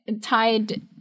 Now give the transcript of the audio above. tied